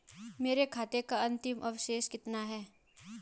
मेरे खाते का अंतिम अवशेष कितना है?